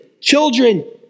children